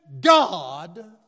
God